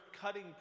cutting